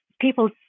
people